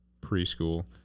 preschool